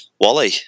wally